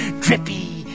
drippy